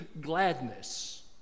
gladness